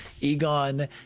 Egon